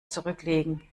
zurücklegen